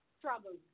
troubles